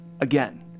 Again